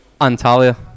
Antalya